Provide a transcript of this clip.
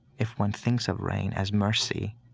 if one thinks of rain as mercy,